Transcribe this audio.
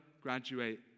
graduate